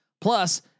Plus